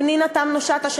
פנינה תמנו-שטה,